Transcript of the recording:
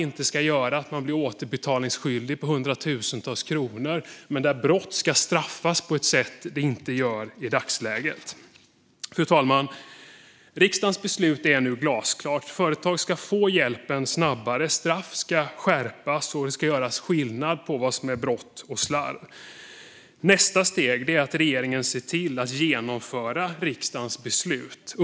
Slarv ska inte göra att man blir återbetalningsskyldig hundratusentals kronor, men brott ska straffas på ett sätt som de inte gör i dagsläget. Fru talman! Riksdagens beslut i dag är glasklart: Företag ska få hjälp snabbare, straff ska skärpas och skillnad ska göras mellan brott och slarv. Nästa steg är att regeringen ser till att genomföra riksdagens beslut.